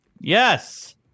Yes